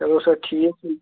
چلو سر ٹھیٖکھ